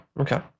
okay